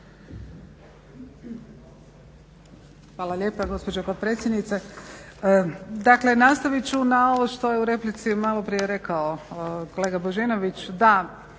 Hvala lijepa gospođo potpredsjednice. Dakle nastavit ću ovo što je malo prije u replici rekao kolega Božinović.